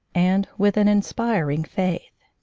and with an inspiring faith.